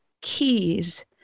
keys